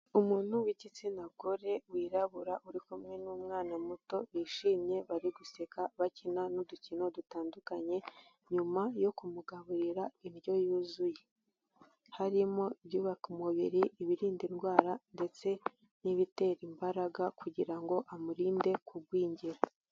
Umuntu w'igitsina gore wirabura uri kumwe n'umwana muto bishimye, bari guseka bakina n'udukino dutandukanye nyuma yo kumugaburira indyo yuzuye. Harimo ibyubaka umubiri, ibirinda indwara ndetse n'ibitera imbaraga kugira ngo amurinde kugwingira.